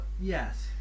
Yes